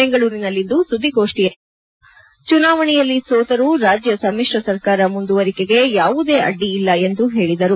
ಬೆಂಗಳೂರಿನಲ್ಲಿಂದು ಸುದ್ದಿಗಾರರೊಂದಿಗೆ ಮಾತನಾಡಿದ ಅವರು ಚುನಾವಣೆಯಲ್ಲಿ ಸೋತರೂ ರಾಜ್ಯ ಸಮಿಶ್ರ ಸರ್ಕಾರ ಮುಂದುವರಿಕೆಗೆ ಯಾವುದೇ ಅಡ್ಡಿ ಇಲ್ಲ ಎಂದು ಹೇಳಿದರು